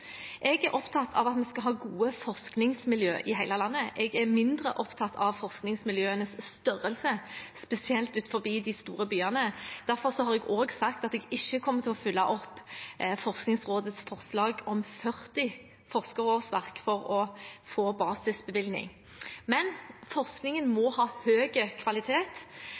Jeg er opptatt av at vi skal ha gode forskningsmiljøer i hele landet. Jeg er mindre opptatt av forskningsmiljøenes størrelse, spesielt utenfor de store byene. Derfor har jeg også sagt at jeg ikke kommer til å følge opp Forskningsrådets forslag om 40 forskerårsverk for å få basisbevilgning. Men forskningen må ha høy kvalitet,